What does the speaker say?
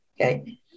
Okay